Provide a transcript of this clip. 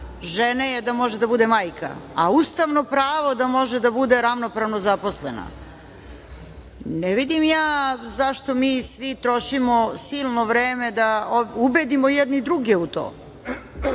žene je da može da bude majka, a ustavno pravo da može da bude ravnopravno zaposlena. Ne vidim ja zašto mi svi trošimo silno vreme da ubedimo jedni druge u to.